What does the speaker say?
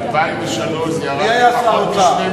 ב-2003 זה ירד לפחות מ-2 מיליארד.